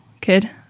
kid